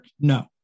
No